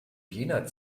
jener